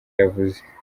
yavuze